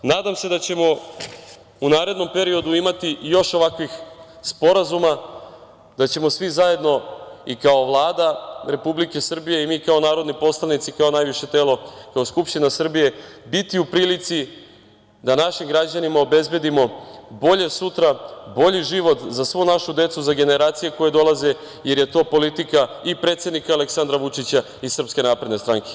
Nadam se da ćemo u narednom periodu imati još ovakvih sporazuma, da ćemo svi zajedno i kao Vlada Republike Srbije i mi kao narodni poslanici, kao najviše telo, kao Skupština Srbije biti u prilici da našim građanima obezbedimo bolje sutra, bolji život za svu našu decu, za generacije koje dolaze, jer je to politika i predsednika Aleksandra Vučića i SNS.